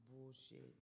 bullshit